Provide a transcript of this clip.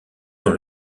dans